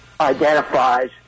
identifies